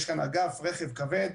יש כאן אגף רכב כבד,